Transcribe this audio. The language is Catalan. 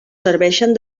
serveixen